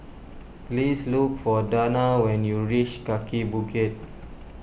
please look for Dana when you reach Kaki Bukit